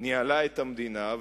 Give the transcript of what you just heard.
ניהלה את המדינה,